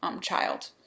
child